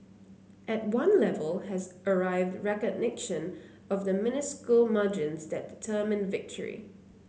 at one level has arrived recognition of the minuscule margins that determine victory